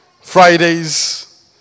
Fridays